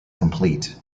complete